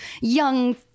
young